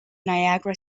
niagara